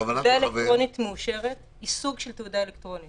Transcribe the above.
תעודה אלקטרונית מאושרת היא סוג של תעודה אלקטרונית